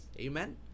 Amen